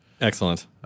Excellent